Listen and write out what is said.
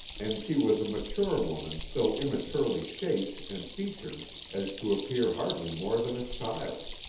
and she was a mature woman so immaturely shaped and featured as to appear hardly more than a child.